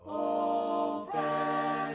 open